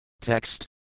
Text